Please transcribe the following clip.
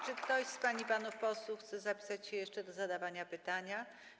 Czy ktoś z pań i panów posłów chce zapisać się jeszcze do zadania pytania?